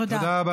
תודה.